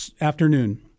afternoon